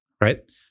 right